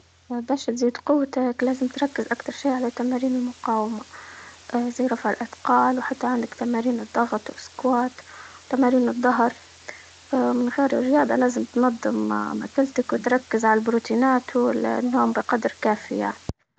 باش تزيد قوتك لازم تركز أكتر شي على تمارين المقاومة، اه زي رفع الأثقال وحتى عندك تمارين الضغط وسكوات، تمارين الضهر، اه من غير الرياضة لازم تنظم اه مكلتك وتركز عالبروتينات النوم بقدر كافية.